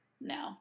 no